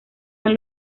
son